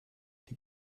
die